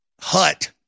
hut